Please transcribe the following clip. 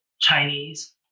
Chinese